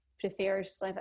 prefers